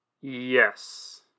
Yes